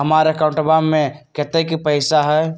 हमार अकाउंटवा में कतेइक पैसा हई?